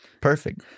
Perfect